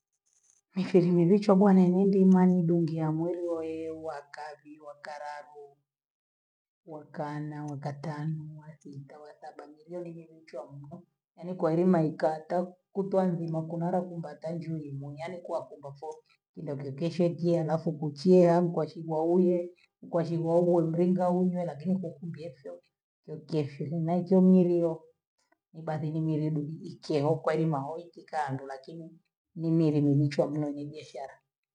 Mifiri lichwa bwana ingima mbungi yang'uruwee wakavi wakalabo, wakana wakatanua kiita wa saba milele mchwa ene kwaelima likato kutwa ngima kunala kumbata njilimwe yaani kwa kumbasoo kindoke keshokiya halafu kucheeya au kwashikwa uyo kwashikwa ole mringa unywe lakini kwakungiefo, kiekieshehe maiki milio, ni basi ile miredu ikeho kwaimaho ikikando lakini nimilimunichwa mna mibiashara.